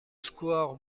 square